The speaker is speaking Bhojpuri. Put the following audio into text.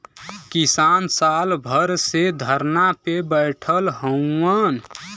किसान साल भर से धरना पे बैठल हउवन